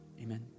Amen